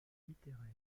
littéraires